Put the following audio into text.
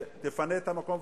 ושתפנה את המקום.